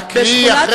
לקרוא.